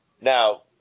Now